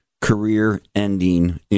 career-ending